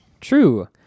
True